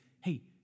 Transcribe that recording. hey